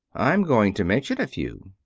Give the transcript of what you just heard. i'm going to mention a few.